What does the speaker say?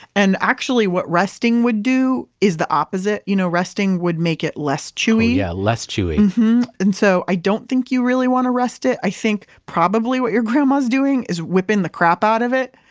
and actually what resting would do is the opposite. you know resting would make it less chewy oh yeah, less chewy and so i don't think you really want to rest it. i think probably what your grandma's doing is whipping the crap out of it.